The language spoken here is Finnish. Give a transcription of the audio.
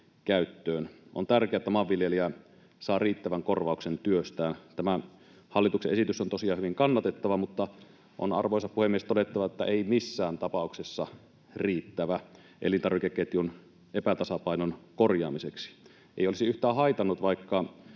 käyttöön. On tärkeää, että maanviljelijä saa riittävän korvauksen työstään. Tämä hallituksen esitys on tosiaan hyvin kannatettava, mutta on, arvoisa puhemies, todettava, että ei missään tapauksessa riittävä elintarvikeketjun epätasapainon korjaamiseksi. Ei olisi yhtään haitannut, vaikka